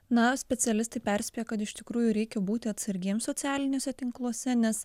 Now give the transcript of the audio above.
na specialistai perspėja kad iš tikrųjų reikia būti atsargiems socialiniuose tinkluose nes